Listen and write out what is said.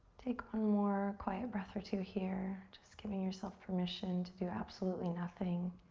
take one more quiet breath or two here. just giving yourself permission to do absolutely nothing,